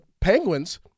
Penguins